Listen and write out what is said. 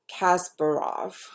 Kasparov